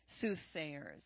soothsayers